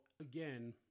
again